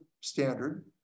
standard